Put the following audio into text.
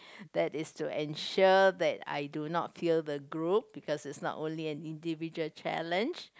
that is to ensure that I do not fail the group because it's not only an individual challenge